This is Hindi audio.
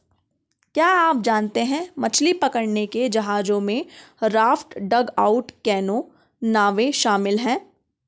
क्या आप जानते है मछली पकड़ने के जहाजों में राफ्ट, डगआउट कैनो, नावें शामिल है?